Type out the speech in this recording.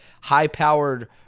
high-powered